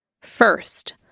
First